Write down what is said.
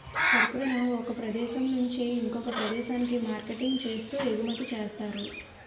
సరుకులను ఒక ప్రదేశం నుంచి ఇంకొక ప్రదేశానికి మార్కెటింగ్ చేస్తూ ఎగుమతి చేస్తారు